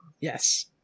Yes